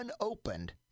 unopened